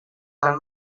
del